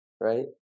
right